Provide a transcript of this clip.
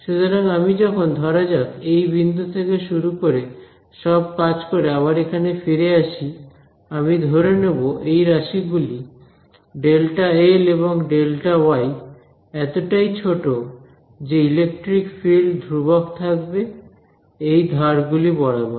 সুতরাং আমি যখন ধরা যাক এই বিন্দু থেকে শুরু করে সব কাজ করে আবার এখানে ফিরে আসি আমি ধরে নেবো এই রাশি গুলি Δl এবং Δy এতটাই ছোট যে ইলেকট্রিক ফিল্ড ধ্রুবক থাকবে এই ধারগুলি বরাবর